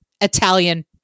Italian